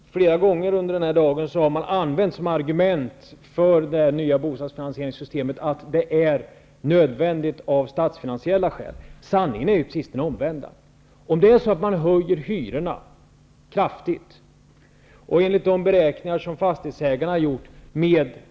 Fru talman! Flera gånger under denna dag har man som argument för det nya bostadsfinansieringsinstitutet använt att det är nödvändigt av statsfinansiella skäl. Sanningen är precis de omvända. Höjer man hyrorna kraftigt -- fastighetsägarförbundet har räknat ut att det blir 150 kr.